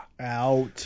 Out